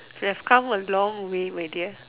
we have come a long way my dear